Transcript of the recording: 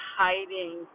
hiding